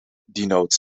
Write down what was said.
denotes